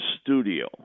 studio